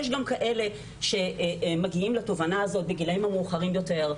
יש גם כאלה שמגיעים לתובנה הזאת בגילאים מאוחרים יותר,